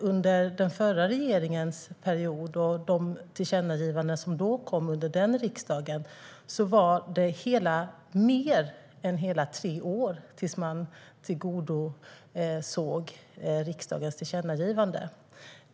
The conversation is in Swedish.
Under den förra regeringens period och de tillkännagivanden som då kom dröjde det i genomsnitt längre än hela tre år tills man tillgodosåg riksdagens tillkännagivanden.